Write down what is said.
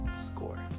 score